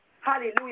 Hallelujah